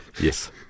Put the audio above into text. Yes